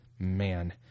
Man